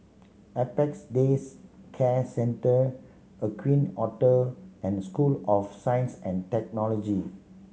Apex Days Care Centre Aqueen Hotel and School of Science and Technology